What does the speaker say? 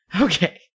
Okay